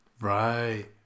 Right